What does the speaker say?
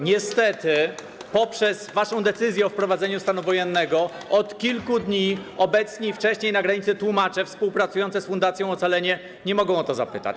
Niestety, przez waszą decyzję o wprowadzeniu stanu wojennego od kilku dni obecni na granicy tłumacze współpracujący z Fundacją Ocalenie nie mogą o to zapytać.